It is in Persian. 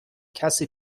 کسی